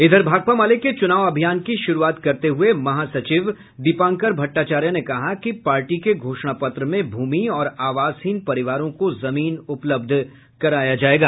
इधर भाकपा माले के चुनाव अभियान की शुरूआत करते हुए महासचिव दीपांकर भट्टाचार्य ने कहा कि पार्टी के घोषणा पत्र में भूमि और आवासहीन परिवारों को जमीन उपलब्ध कराया जायेगा